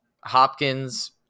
Hopkins